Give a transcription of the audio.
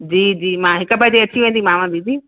जी जी मां हिकु ॿजे अची वेंदीमाव दीदी